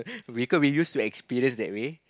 because we use to experience that way